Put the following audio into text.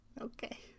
Okay